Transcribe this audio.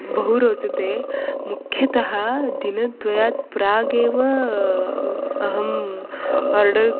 बहु रोचते मुख्यतः दिनद्वयात् प्रागेव अहम् आर्डर्